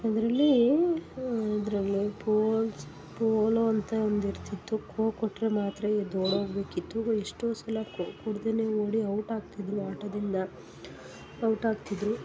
ಅದರಲ್ಲಿ ಅದರಲ್ಲಿ poles pole ಅಂತ ಒಂದು ಇರ್ತಿತ್ತು ಖೋ ಕೊಟ್ಟರೆ ಮಾತ್ರ ಎದ್ದು ಓಡೋಗಬೇಕಿತ್ತು ಎಷ್ಟೋ ಸಲ ಖೋ ಕೊಡದೇನೆ ಓಡಿ ಔಟ್ ಆಗ್ತಿದ್ದರು ಆಟದಿಂದ ಔಟ್ ಆಗ್ತಿದ್ದರು